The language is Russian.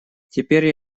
теперь